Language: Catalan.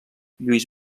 lluís